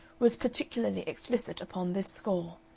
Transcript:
was particularly explicit upon this score,